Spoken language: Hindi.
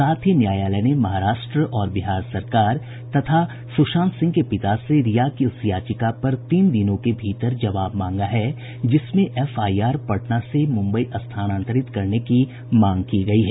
साथ ही न्यायालय ने महाराष्ट्र और बिहार सरकार तथा सुशांत सिंह के पिता से रिया की उस याचिका पर तीन दिनों के भीतर जवाब मांगा है जिसमें एफआईआर पटना से मुंबई स्थानांतरित करने की मांग की गयी है